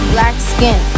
Blackskin